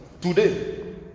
today